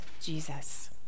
Jesus